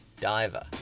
Diver